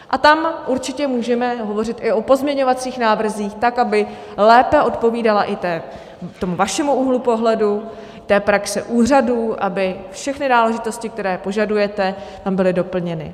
A tam určitě můžeme hovořit i o pozměňovacích návrzích tak, aby lépe odpovídaly tomu vašemu úhlu pohledu, té praxi úřadů, aby všechny náležitosti, které požadujete, tam byly doplněny.